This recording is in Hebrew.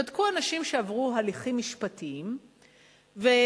בדקו אנשים שעברו הליכים משפטיים ובדקו